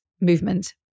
movement